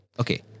Okay